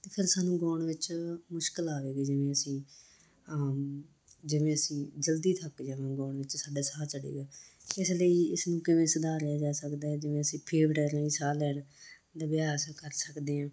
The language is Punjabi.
ਤਾਂ ਫਿਰ ਸਾਨੂੰ ਗਾਉਣ ਵਿੱਚ ਮੁਸ਼ਕਿਲ ਆਵੇਗੀ ਜਿਵੇਂ ਅਸੀਂ ਜਿਵੇਂ ਅਸੀਂ ਜਲਦੀ ਥੱਕ ਜਾਣਾ ਗਾਉਣ ਵਿੱਚ ਸਾਡ ਸਾਹ ਚੜ੍ਹੇਗਾ ਇਸ ਲਈ ਇਸ ਨੂੰ ਕਿਵੇਂ ਸੁਧਾਰਿਆ ਜਾ ਸਕਦਾ ਹੈ ਜਿਵੇਂ ਅਸੀਂ ਫੇਫੜਿਆ ਰਾਹੀਂ ਸਾਹ ਲੈਣ ਦਾ ਅਭਿਆਸ ਕਰ ਸਕਦੇ ਹਾਂ